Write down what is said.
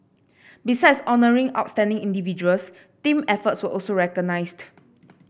besides honouring outstanding individuals team efforts were also recognised